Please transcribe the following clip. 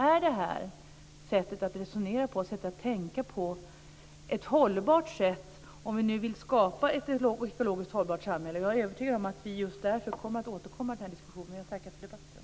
Är detta sätt att resonera och tänka på hållbart om vi vill skapa ett ekologiskt hållbart samhälle? Jag är övertygad om att vi just därför kommer att återkomma till den diskussionen. Jag tackar för debatten.